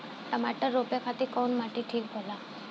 टमाटर रोपे खातीर कउन माटी ठीक होला?